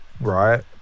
Right